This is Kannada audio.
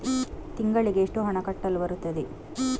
ತಿಂಗಳಿಗೆ ಎಷ್ಟು ಹಣ ಕಟ್ಟಲು ಬರುತ್ತದೆ?